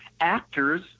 Actors